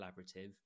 collaborative